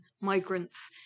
migrants